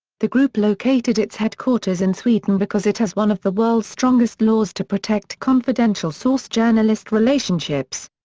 the group located its headquarters in sweden because it has one of the world's strongest laws to protect confidential source-journalist relationships.